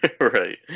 Right